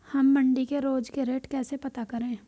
हम मंडी के रोज के रेट कैसे पता करें?